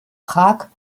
prag